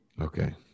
Okay